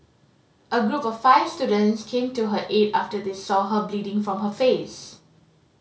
a group of five students came to her aid after they saw her bleeding from her face